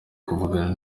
kuvugana